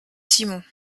simon